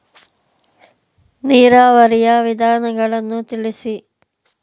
ನೀರಾವರಿಯ ವಿಧಾನಗಳನ್ನು ತಿಳಿಸಿ?